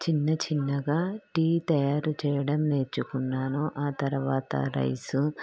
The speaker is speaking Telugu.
చిన్నచిన్నగా టీ తయారు చేయడం నేర్చుకున్నాను ఆ తర్వాత రైసు